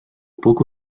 poco